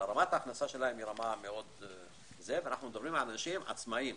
רמת ההכנסה שלהם היא מאוד - אנחנו מדברים על אנשים עצמאיים,